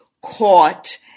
caught